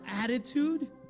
attitude